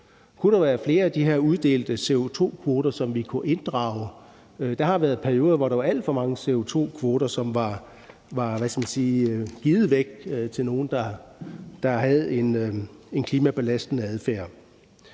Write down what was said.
Kunne der være flere af de her uddelte CO2-kvoter, som vi kunne inddrage? Der har været perioder, hvor der var alt for mange CO2-kvoter, som blev – hvad skal man sige – givet væk til nogle, der havde en klimabelastende adfærd.